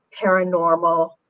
paranormal